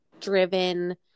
driven